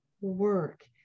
work